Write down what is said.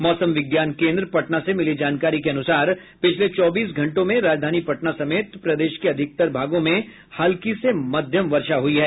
मौसम विज्ञान केन्द्र पटना से मिली जानकारी के अनुसार पिछले चौबीस घंटों में राजधानी पटना समेत प्रदेश के अधिकतर भागों में हल्की से मध्यम वर्षा हुई है